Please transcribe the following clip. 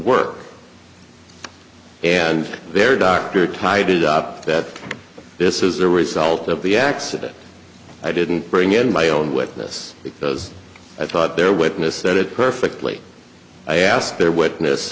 work and their dr tied it up that this is the result of the accident i didn't bring in my own witness because i thought their witness said it perfectly i asked their witness